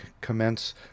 commence